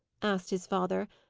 asked his father,